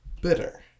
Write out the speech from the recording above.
Bitter